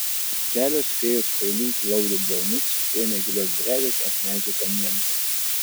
kelios fėjos paeiliui glaudė delnus prie negilios drevės ant medžio kamieno